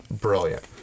Brilliant